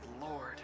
Lord